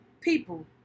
people